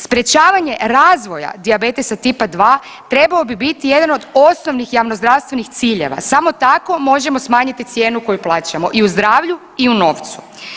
Sprječavanje razvoja dijabetesa tipa II trebao bi biti jedan od osnovnih javnozdravstvenih ciljeva, samo tako možemo smanjiti cijenu koju plaćamo i u zdravlju i u novcu.